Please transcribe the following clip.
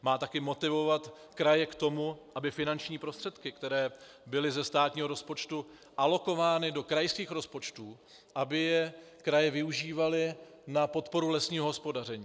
Má také motivovat kraje k tomu, aby finanční prostředky, které byly ze státního rozpočtu alokovány do krajských rozpočtů, kraje využívaly na podporu lesního hospodaření.